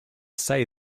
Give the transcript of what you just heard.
say